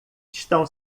estão